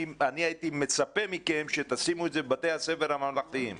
אני הייתי מצפה מכם שתשימו את זה בבתי הספר הממלכתיים,